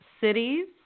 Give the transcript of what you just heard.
cities